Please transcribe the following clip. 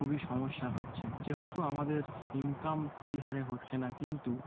খুবই সমস্যা হচ্ছে যেহতু আমাদের ইনকাম সেই হারে হচ্ছে না কিন্তু